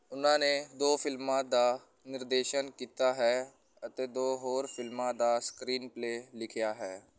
ਉਨ੍ਹਾਂ ਨੇ ਦੋ ਫਿਲਮਾਂ ਦਾ ਨਿਰਦੇਸ਼ਨ ਕੀਤਾ ਹੈ ਅਤੇ ਦੋ ਹੋਰ ਫਿਲਮਾਂ ਦਾ ਸਕ੍ਰੀਨ ਪਲੇਅ ਲਿਖਿਆ ਹੈ